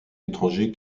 étrangers